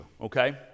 okay